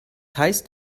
heißt